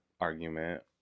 argument